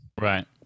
Right